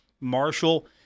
Marshall